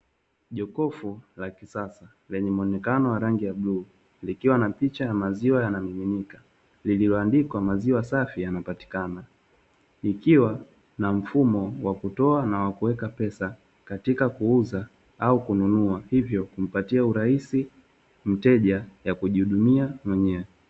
Jokofu la kisasa lenye muonekano wa rangi ya bluu likiwa na picha ya maziwa yanayomiminika, lililoandikwa maziwa safi yanapatikana. Ikiwa na mfumo wa kutoa na kuweka pesa katika kuuza na kununua, hiyo kumpatia urahisi mteja ya kujihudumia mwenyewe.